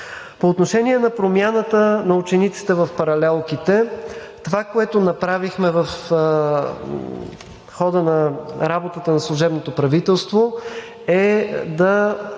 По отношение на промяната на учениците в паралелките. Това, което направихме в хода на работата на служебното правителство, е да